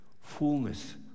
fullness